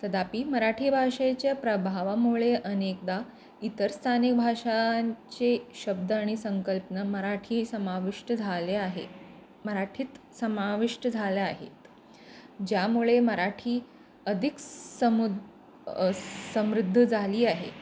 तथापि मराठी भाषेच्या प्रभावामुळे अनेकदा इतर स्थानिक भाषांचे शब्द आणि संकल्पना मराठी समाविष्ट झाले आहे मराठीत समाविष्ट झाल्या आहेत ज्यामुळे मराठी अधिक समुद समृद्ध झाली आहे